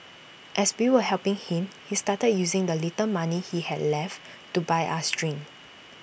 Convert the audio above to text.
as we were helping him he started using the little money he had left to buy us drinks